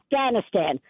Afghanistan